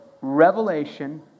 revelation